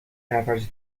دفترچه